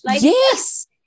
Yes